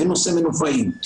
בנושא מנופאים,